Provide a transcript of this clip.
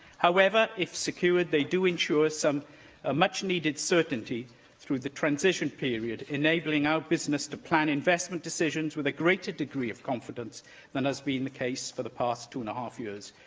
however, if secured they do ensure some ah much needed certainty through the transition period, enabling our business to plan investment decisions with a greater degree of confidence than has been the case for the past two and a half years.